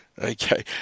Okay